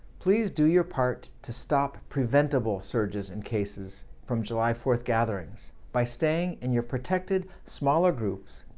please do your part to stop preventable surges in cases from july four gatherings, by staying in your protected smaller groups,